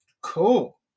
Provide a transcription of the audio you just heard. cool